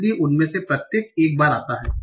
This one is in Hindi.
इसलिए उनमें से प्रत्येक एक बार आता है